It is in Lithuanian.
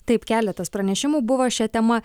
taip keletas pranešimų buvo šia tema